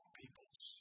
peoples